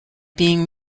being